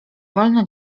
wolno